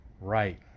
Right